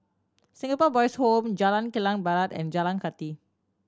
Singapore Boys' Home Jalan Kilang Barat and Jalan Kathi